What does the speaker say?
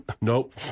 Nope